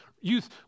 youth